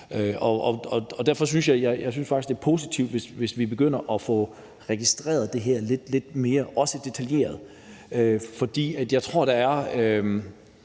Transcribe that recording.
Jeg synes faktisk, det er positivt, hvis vi begynder at få registreret det her lidt mere, også detaljeret. Altså, den